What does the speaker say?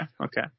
okay